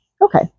okay